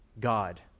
God